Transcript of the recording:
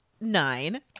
nine